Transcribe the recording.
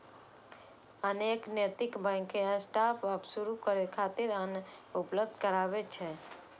अनेक नैतिक bank startup शुरू करै खातिर धन उपलब्ध कराबै छै